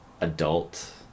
adult